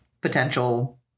potential